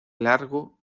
largo